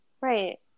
Right